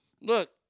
Look